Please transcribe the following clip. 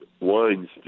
wines